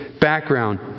background